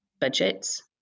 budgets